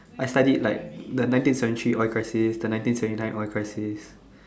I studied like the nineteen century oil crisis the nineteen seventy nine oil crisis